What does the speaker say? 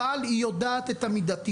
אבל היא יודעת את המידתיות,